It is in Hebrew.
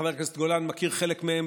חבר הכנסת גולן מכיר חלק מהן,